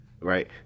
Right